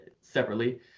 separately